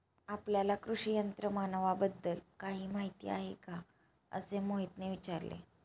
आपल्याला कृषी यंत्रमानवाबद्दल काही माहिती आहे का असे मोहितने विचारले?